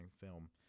film